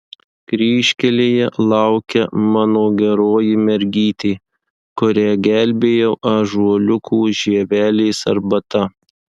kryžkelėje laukia mano geroji mergytė kurią gelbėjau ąžuoliukų žievelės arbata